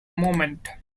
moment